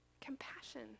compassion